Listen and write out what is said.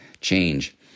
change